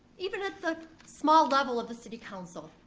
even at the small level of the city council.